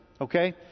okay